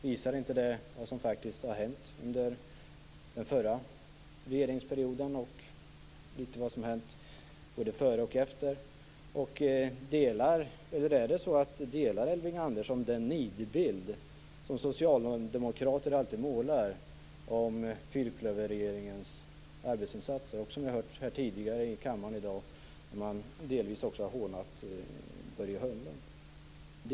Visar inte den vad som faktiskt har hänt under den förra regeringsperioden och litet vad som hänt både före och efter? Delar Elving Andersson den nidbild som socialdemokrater alltid målar om fyrklöverregeringens arbetsinsatser? Jag har tidigare hört här i kammaren i dag att man delvis också hånat Börje Hörnlund.